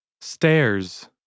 Stairs